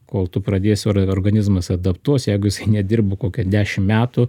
kol tu pradėsi ir organizmas adaptuos jeigu nedirbu kokią dešim metų